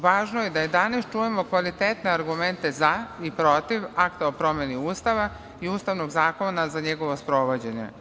Važno je da i danas čujemo kvalitetne argumente za i protiv akta o promeni Ustava i Ustavnog zakona za njegovo sprovođenje.